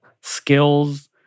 skills